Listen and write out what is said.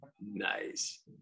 Nice